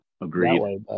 Agreed